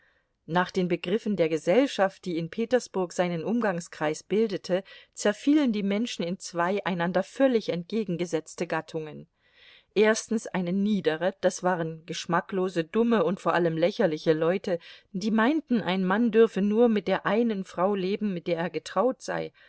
nach den begriffen der gesellschaft die in petersburg seinen umgangskreis bildete zerfielen die menschen in zwei einander völlig entgegengesetzte gattungen erstens eine niedere das waren geschmacklose dumme und vor allem lächerliche leute die meinten ein mann dürfe nur mit der einen frau leben mit der er getraut sei